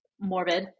morbid